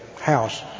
House